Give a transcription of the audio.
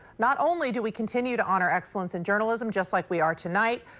not only do we continue to honor excellence in journalism, just like we are tonight,